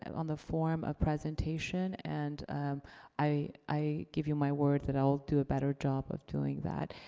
on the form of presentation, and i give you my word that i'll do a better job of doing that.